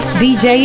dj